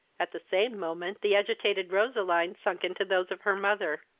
at the same moment the agitated roseline sunk into those of her mother.